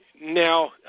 Now